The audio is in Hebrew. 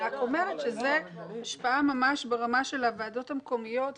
אני רק אומרת שזו השפעה ממש ברמה של הוועדות המקומיות ובהקלות.